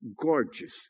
gorgeous